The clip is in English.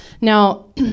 Now